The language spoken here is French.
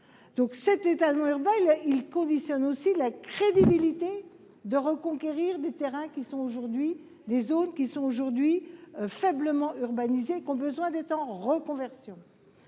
Cet étalement urbain conditionne aussi la crédibilité de la démarche de reconquête des zones qui sont aujourd'hui faiblement urbanisées et qui ont besoin d'être en reconversion.